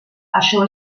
això